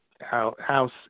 House